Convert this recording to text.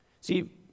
See